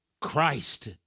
Christ